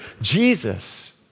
Jesus